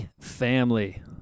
family